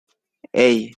hey